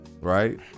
Right